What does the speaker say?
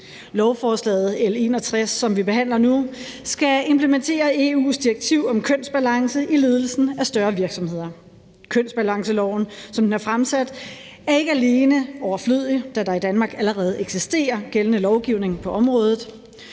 behandler nu, skal implementere EU's direktiv om kønsbalance i ledelsen af større virksomheder. Kønsbalanceloven er, som den er fremsat, ikke alene overflødig, da der i Danmark allerede eksisterer gældende lovgivning på området,